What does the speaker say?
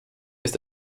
ist